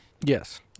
Yes